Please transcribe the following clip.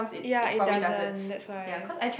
ya it doesn't that's why